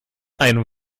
ein